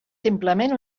simplement